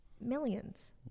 Millions